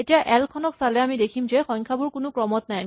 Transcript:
এতিয়া এল খনক চালে দেখিম যে সংখ্যাবোৰ কোনো ক্ৰম ত নাই